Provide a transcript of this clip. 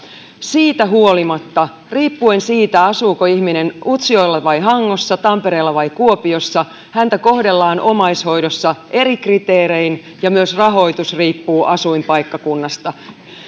siitä huolimatta riippuen siitä asuuko ihminen utsjoella vai hangossa tampereella vai kuopiossa häntä kohdellaan omaishoidossa eri kriteerein ja myös rahoitus riippuu asuinpaikkakunnasta